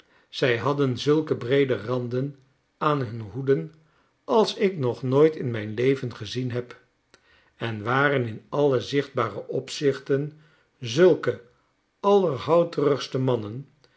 zij hadden zulke breede randen aan hun hoeden als ik schetsen uit amerika nog nooit in mijn leven gezien neb en waren in alle zichtbare opzichten zulkeallerhouterigste mannen